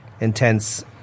intense